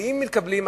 ואם מקבלים,